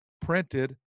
printed